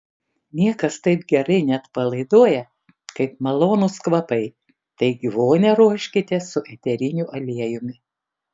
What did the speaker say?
niekas taip gerai neatpalaiduoja kaip malonūs kvapai taigi vonią ruoškite su eteriniu aliejumi